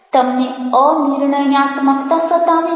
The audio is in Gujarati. તમને અનિર્ણયાત્મકતા સતાવે છે